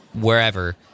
wherever